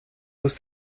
was